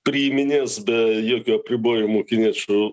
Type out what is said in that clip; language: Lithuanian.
priiminės be jokių apribojimų kiniečių